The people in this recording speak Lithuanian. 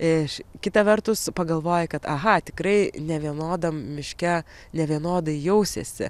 iš kita vertus pagalvoji kad aha tikrai nevienodam miške nevienodai jausiesi